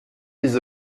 des